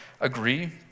agree